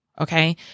okay